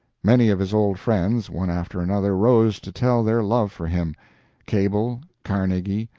many of his old friends, one after another, rose to tell their love for him cable, carnegie,